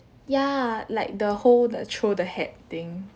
ya like the whole the throw the hat thing